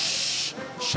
איפה הצווים?